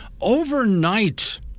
overnight